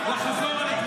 די.